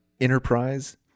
Enterprise